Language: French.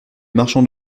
marchands